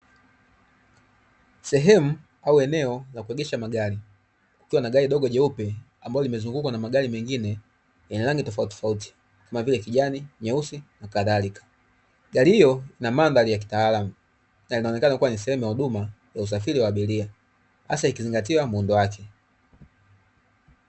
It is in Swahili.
Sehemu au eneo la kuegesha magari, kukiwa na gari dogo jeupe ambalo limezungukwa na magari mengine, yana rangi tofautitofauti, kama vile, kijani, nyeusi na kadhalika, yaliyo na mandhari ya kitaalamu na yanaonekana kuwa ni sehemu ya huduma ya usafiri wa abiria, hasa ukizingatia muundo wake.